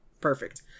perfect